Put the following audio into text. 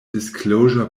disclosure